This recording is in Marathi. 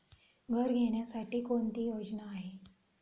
घर घेण्यासाठी कोणती योजना आहे?